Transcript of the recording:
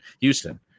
Houston